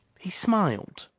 he smiled.